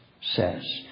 says